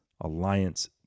Alliance